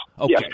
Okay